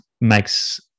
makes